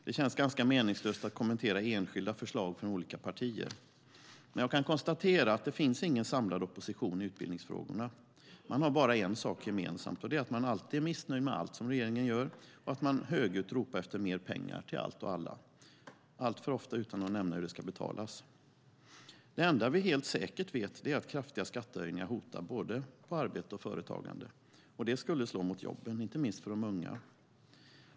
Det känns ganska meningslöst att kommentera enskilda förslag från olika partier, men jag kan konstatera att det inte finns någon samlad opposition i utbildningsfrågorna. Man har bara en sak gemensamt, och det är att man alltid är missnöjd med allt som regeringen gör och att man högljutt ropar efter mer pengar till allt och alla, alltför ofta utan att nämna hur det ska betalas. Det enda vi helt säkert vet är att kraftiga skattehöjningar hotar både arbete och företagande. Det skulle slå mot jobben, inte minst för de unga.